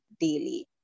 daily